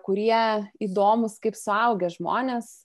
kurie įdomūs kaip suaugę žmonės